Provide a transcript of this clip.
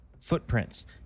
footprints